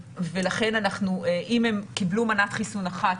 ולכן, אם הם קיבלו מנת חיסון אחת,